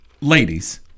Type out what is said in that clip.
ladies